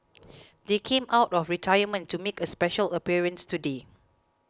they came out of retirement to make a special appearance today